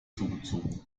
zugezogen